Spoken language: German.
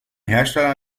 hersteller